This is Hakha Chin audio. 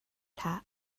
hlah